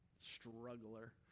struggler